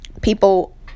people